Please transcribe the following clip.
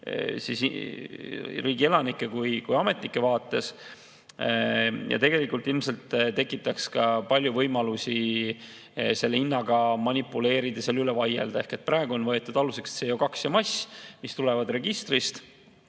riigi elanike kui ka ametnike vaates ja ilmselt tekitaks palju võimalusi selle hinnaga manipuleerida ja selle üle vaielda. Praegu on võetud aluseks CO2ja mass, mis tulevad registrist